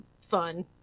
fun